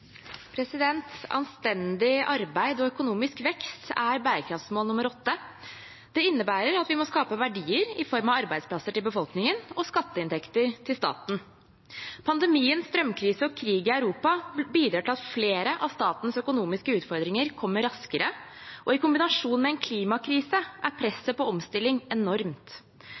bærekraftsmål nr. 8. Det innebærer at vi må skape verdier i form av arbeidsplasser til befolkningen og skatteinntekter til staten. Pandemien, strømkrise og krig i Europa bidrar til at flere av statens økonomiske utfordringer kommer raskere, og i kombinasjonen med en klimakrise er presset på omstilling enormt.